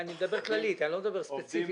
אני מדבר כללית, אני לא מדבר ספציפית.